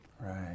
Right